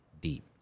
deep